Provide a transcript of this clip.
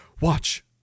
Watch